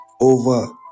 over